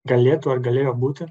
galėtų ar galėjo būti